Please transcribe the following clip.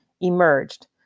Emerged